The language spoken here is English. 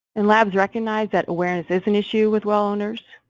and labs recognize that whereas there's an issue with well owners,